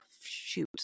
shoot